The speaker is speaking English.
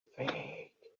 fake